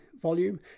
volume